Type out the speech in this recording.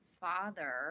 father